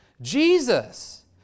Jesus